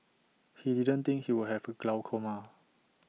he didn't think he would have glaucoma